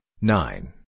nine